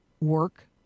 work